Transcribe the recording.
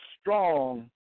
strong